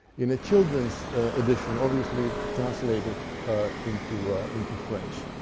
in a children's edition, obviously translated into into french.